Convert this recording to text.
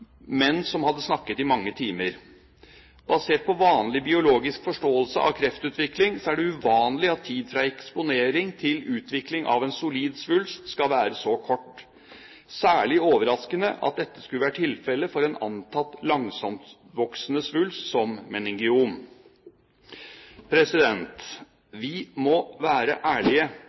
som hadde snakket i mange timer. Basert på vanlig biologisk forståelse av kreftutvikling er det uvanlig at tid fra eksponering til utvikling av en solid svulst skal være så kort. Særlig overraskende er det at dette skulle være tilfellet for en antatt langsomtvoksende svulst som en meningeom. Vi må være ærlige